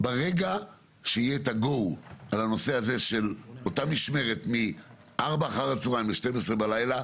ברגע שיהיה את ה-go על אותה משמרת מארבע אחר הצוהוריים ל-12 בלילה,